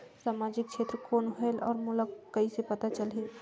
समाजिक क्षेत्र कौन होएल? और मोला कइसे पता चलही?